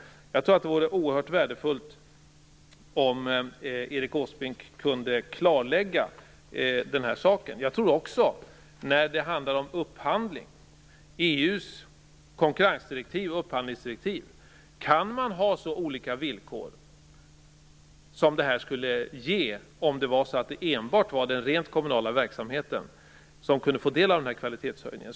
Jag tror att det vore oerhört värdefullt om Erik Åsbrink kunde klarlägga den här saken. EU:s konkurrens och upphandlingsdirektiv: Kan man ha så olika villkor som det här skulle ge om det enbart var den rent kommunala verksamheten som kunde få del av kvalitetshöjningen?